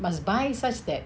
must buy such that